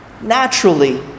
Naturally